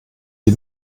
die